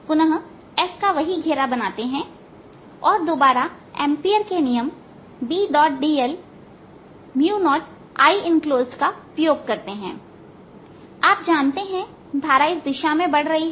पुनः s का वही घेरा बनाते हैं और दोबारा एंपियर के नियम Bdl 0Ienclosedका उपयोग करते हैं आप जानते हैं धारा इस दिशा में बढ़ रही है